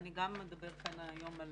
אני גם אדבר כאן היום על